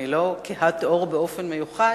אני לא כהת עור באופן מיוחד.